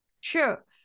Sure